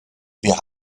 wir